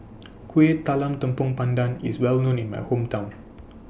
Kueh Talam Tepong Pandan IS Well known in My Hometown